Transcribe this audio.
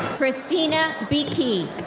kristina beekee.